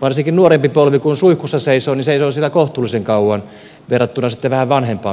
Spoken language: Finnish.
varsinkin nuorempi polvi kun suihkussa seisoo niin se seisoo siellä kohtuullisen kauan verrattuna sitten vähän vanhempaan sukupolveen